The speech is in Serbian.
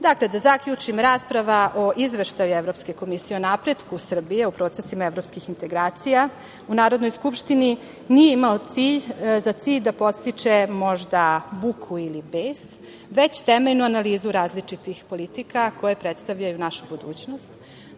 da zaključim, rasprava o izveštaju Evropske komisije, o napretku Srbije u procesima evropskih integracija u Narodnoj skupštini nije imao za cilj da podstiče možda buku ili bes, već temeljnu analizu različitih politika koje predstavljaju našu budućnost.